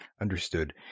Understood